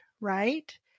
right